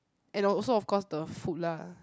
and also of course the food lah